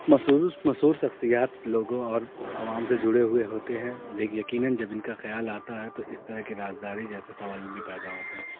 مشہور مشہور شخصیات لوگوں اور عوام سے جڑے ہوئے ہوتے ہیں لیکن یقیناً جب ان کا خیال آتا ہے تو اس طرح کی رازداری جیسے سوال بھی پیدا ہوتے ہیں